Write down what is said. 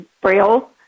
Braille